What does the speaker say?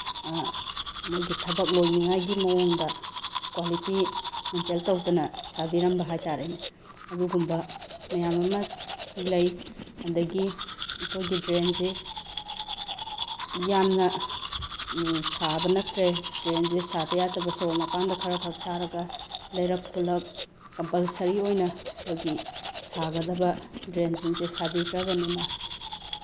ꯃꯣꯏꯒꯤ ꯊꯕꯛ ꯂꯣꯏꯅꯤꯉꯥꯏꯒꯤ ꯃꯑꯣꯡꯗ ꯀ꯭ꯋꯥꯂꯤꯇꯤ ꯃꯦꯟꯇꯦꯟ ꯇꯧꯗꯅ ꯁꯥꯕꯤꯔꯝꯕ ꯍꯥꯏꯇꯥꯔꯦꯅꯦ ꯑꯗꯨꯒꯨꯝꯕ ꯃꯌꯥꯝ ꯑꯃ ꯂꯩ ꯑꯗꯒꯤ ꯑꯩꯈꯣꯏꯒꯤ ꯗ꯭ꯔꯦꯟꯁꯤ ꯌꯥꯝꯅ ꯁꯥꯕ ꯅꯠꯇ꯭ꯔꯦ ꯗ꯭ꯔꯦꯟꯁꯦ ꯁꯥꯗ ꯌꯥꯗꯕ ꯁꯣꯔꯣꯛ ꯃꯄꯥꯟꯗ ꯈꯔꯈꯛ ꯁꯥꯔꯒ ꯂꯩꯔꯛ ꯈꯨꯜꯂꯛ ꯀꯝꯄꯜꯁꯔꯤ ꯑꯣꯏꯅ ꯑꯩꯈꯣꯏꯒꯤ ꯁꯥꯒꯗꯕ ꯗ꯭ꯔꯦꯟꯁꯤꯡꯁꯦ ꯁꯥꯕꯤꯗ꯭ꯔꯕꯅꯤꯅ